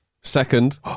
Second